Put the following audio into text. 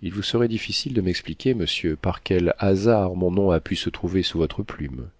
il vous serait difficile de m'expliquer monsieur par quel hasard mon nom a pu se trouver sous votre plume